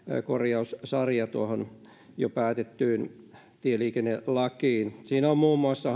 korjaussarja tuohon jo päätettyyn tieliikennelakiin hallitus muun muassa